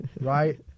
Right